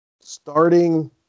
starting